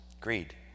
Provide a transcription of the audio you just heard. greed